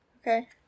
Okay